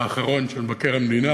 האחרון של מבקר המדינה,